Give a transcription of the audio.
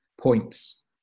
points